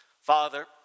Father